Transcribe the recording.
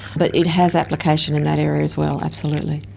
but it has application in that area as well, absolutely.